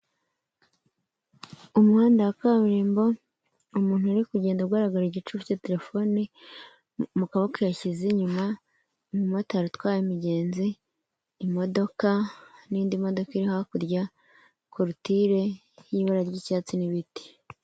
Umuhanda wa kaburimbo umuntu uri kugenda ugaragara igicu cya telefone mu kaboko yashyize inyuma, umumotari utwaye umugenzi, imodoka n'indi modoka iri hakurya, korotire y'ibara ry'icyatsi n'ibiti.